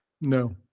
no